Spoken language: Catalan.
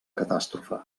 catàstrofe